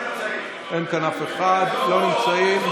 אין כאן אף אחד, לא נמצאים.